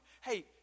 Hey